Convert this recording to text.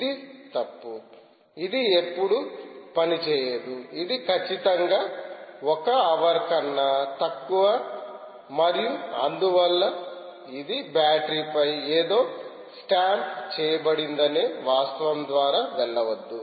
ఇది తప్పు ఇది ఎప్పుడూ పనిచేయదు ఇది ఖచ్చితంగా ఒక హవర్ కన్నా తక్కువ మరియు అందువల్ల ఇది బ్యాటరీపై ఏదో స్టాంప్ చేయబడిందనే వాస్తవం ద్వారా వెళ్లవద్దు